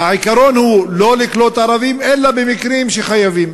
העיקרון הוא לא לקלוט ערבים, אלא במקרים שחייבים.